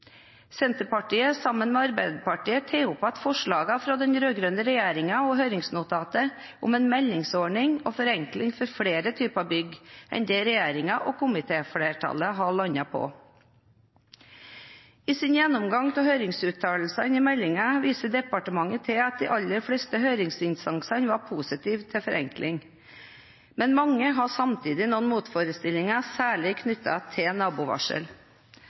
Senterpartiet har sammen med Arbeiderpartiet tatt opp igjen forslagene fra den rød-grønne regjeringen og høringsnotatet om en meldingsordning og forenkling for flere typer bygg enn det regjeringen og komitéflertallet har landet på. I sin gjennomgang av høringsuttalelsene i meldingen viser departementet til at de aller fleste høringsinstansene var positive til forenkling, men mange har samtidig noen motforestillinger, særlig knyttet til nabovarsel.